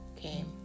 came